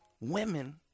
Women